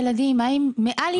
מה עם מעל חמישה ילדים?